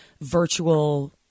virtual